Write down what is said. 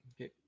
Okay